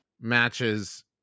matches